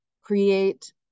create